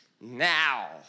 now